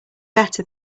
better